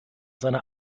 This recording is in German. seiner